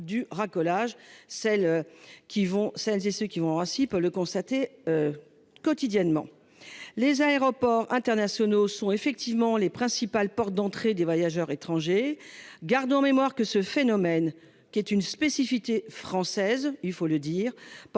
Qui vont celles et ceux qui vont à Roissy peut le constater. Quotidiennement. Les aéroports internationaux sont effectivement les principales portes d'entrée des voyageurs étrangers garde en mémoire que ce phénomène qui est une spécificité française, il faut le dire,